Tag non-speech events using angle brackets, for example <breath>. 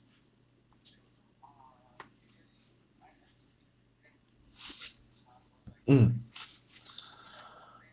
mm <breath>